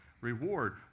reward